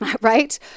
Right